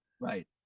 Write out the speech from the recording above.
Right